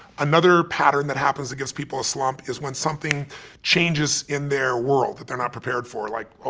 another pattern that happens that gives people a slump is when something changes in their world that they're not prepared for like, ah